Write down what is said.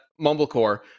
mumblecore